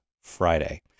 Friday